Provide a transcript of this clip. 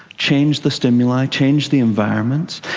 change the stimuli, change the environment.